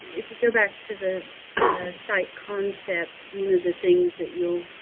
if you go back to the site concepts, one of the things that you'll